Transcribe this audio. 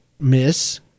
miss